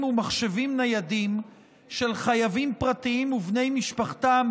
ומחשבים ניידים של חייבים פרטיים ובני משפחתם,